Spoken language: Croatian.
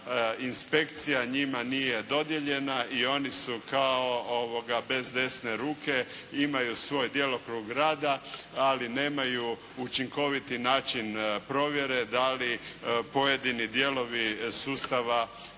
inspekcija njima nije dodijeljena i oni su kao bez desne ruke, imaju svoj djelokrug rada ali nemaju učinkoviti način provjere da li pojedini dijelovi sustava